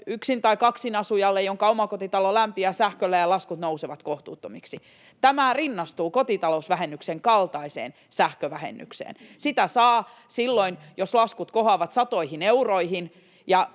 yksin- tai kaksinasujalle, jonka omakotitalo lämpiää sähköllä ja laskut nousevat kohtuuttomiksi. Tämä rinnastuu kotitalousvähennyksen kaltaiseen sähkövähennykseen. Sitä saa silloin, jos laskut kohoavat satoihin euroihin